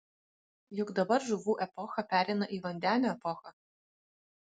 juk dabar žuvų epocha pereina į vandenio epochą